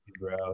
bro